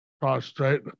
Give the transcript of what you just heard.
prostrate